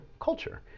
culture